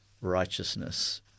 righteousness